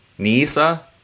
Nisa